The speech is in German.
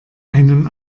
einen